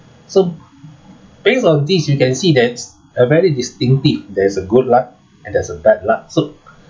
so based on this you can see that's a very distinctive there is a good luck and there is a bad luck so